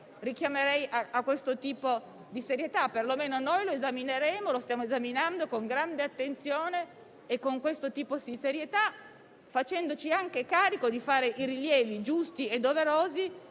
richiamerei a questo tipo di serietà; perlomeno noi lo stiamo esaminando con grande attenzione e con questo tipo di serietà, facendoci anche carico di fare rilievi giusti e doverosi,